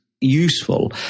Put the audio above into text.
useful